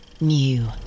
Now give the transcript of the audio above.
new